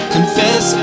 Confess